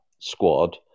squad